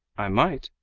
i might,